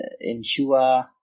ensure